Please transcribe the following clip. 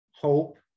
hope